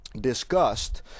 discussed